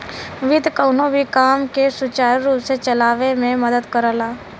वित्त कउनो भी काम के सुचारू रूप से चलावे में मदद करला